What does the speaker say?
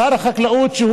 שר החקלאות,